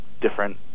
different